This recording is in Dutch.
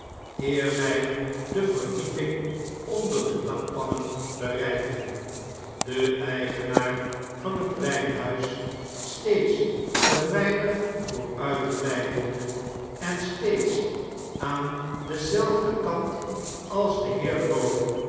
zjj de verdieping onder de dakpannen bereikten de eigenaar van het wijnhuis steeds een weinig vooruitblijvende en steeds aan denzelfden kant als de heer lorry